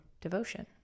devotion